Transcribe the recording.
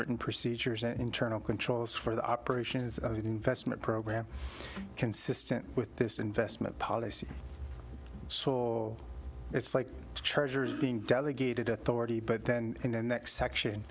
written procedures and internal controls for the operations of the investment program consistent with this investment policy it's like chargers being delegated authority but then in the next section